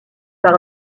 par